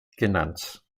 genannt